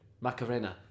Macarena